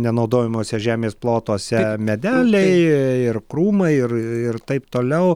nenaudojamuose žemės plotuose medeliai ir krūmai ir ir taip toliau